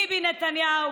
ביבי נתניהו,